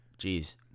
jeez